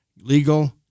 Legal